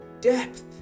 depth